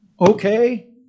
Okay